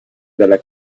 dalla